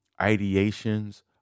ideations